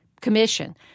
commission